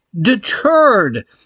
deterred